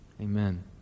Amen